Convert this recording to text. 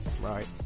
right